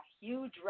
huge